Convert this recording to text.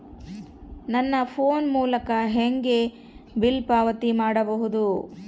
ನನ್ನ ಫೋನ್ ಮೂಲಕ ಹೇಗೆ ಬಿಲ್ ಪಾವತಿ ಮಾಡಬಹುದು?